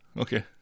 okay